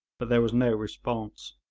but there was no response.